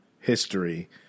history